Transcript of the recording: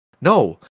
no